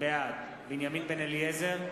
בעד בנימין בן-אליעזר,